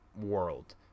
world